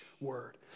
word